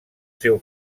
seu